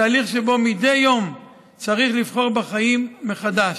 תהליך שבו מדי יום צריך לבחור בחיים מחדש,